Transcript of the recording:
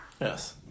yes